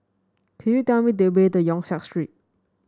could you tell me the way to Yong Siak Street